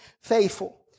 faithful